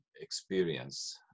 experience